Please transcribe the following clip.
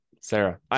Sarah